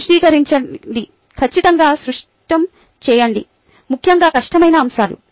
స్పష్టీకరించండి ఖచ్చితంగా స్పష్టం చేయండి ముఖ్యంగా కష్టమైన అంశాలు